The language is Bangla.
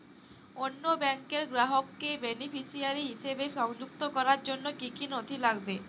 অন্য ব্যাংকের গ্রাহককে বেনিফিসিয়ারি হিসেবে সংযুক্ত করার জন্য কী কী নথি লাগবে?